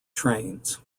trains